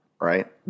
right